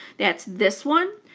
that's this one,